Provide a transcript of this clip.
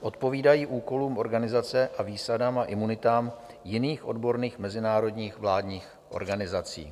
Odpovídají úkolům organizace a výsadám a imunitám jiných odborných mezinárodních vládních organizací.